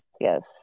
yes